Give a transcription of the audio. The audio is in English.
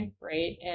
right